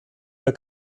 der